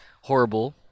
horrible